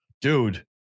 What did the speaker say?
Dude